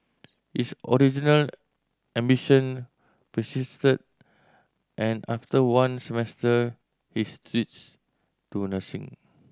his original ambition persisted and after one semester he switched to nursing